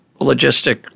logistic